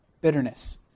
bitterness